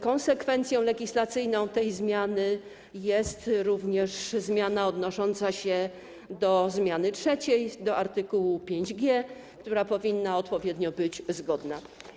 Konsekwencją legislacyjną tej zmiany jest również zmiana odnosząca się do zmiany trzeciej, do art. 5g, która powinna odpowiednio być zgodna.